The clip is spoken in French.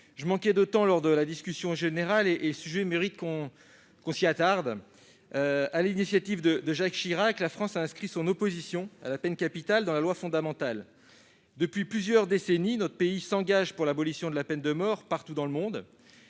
de mon intervention en discussion générale, mais le sujet mérite que l'on s'y attarde. Sur l'initiative de Jacques Chirac, la France a inscrit son opposition à la peine capitale dans la loi fondamentale. Depuis plusieurs décennies, notre pays s'engage pour l'abolition de la peine de mort partout dans le monde.